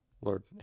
Lord